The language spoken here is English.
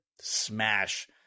smash